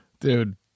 Dude